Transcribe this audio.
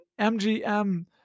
MGM